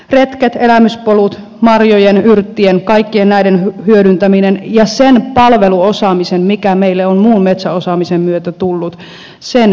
retket elämyspolut marjojen yrttien kaikkien näiden hyödyntäminen ja sen palveluosaamisen hyödyntäminen vientituotteena mikä meille on muun metsäosaamisen myötä tullut